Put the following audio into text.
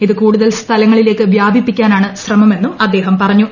ഇത് കൂടുതൽ സ്ഥലങ്ങളിലേക്ക് വ്യാപിപ്പിക്കാനാണ് ശ്രമ മെന്നും അദ്ദേഹം പറഞ്ഞു